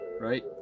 right